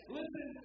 Listen